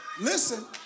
Listen